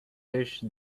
dish